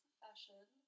fashion